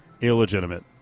illegitimate